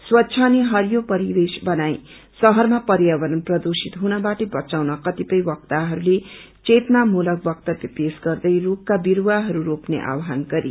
स्वच्छ अनि हरियो परिवेश बनाई शहरमा पर्यावरण प्रदूषित हुनबाट बचाउन कतिपय वक्ताहरूले चेतनामूलक बक्तब्य पेश गर्दै रूखका विरूवारू रोप्ने आहवान गरे